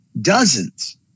dozens